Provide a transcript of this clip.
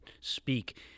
speak